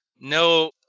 No